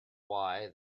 why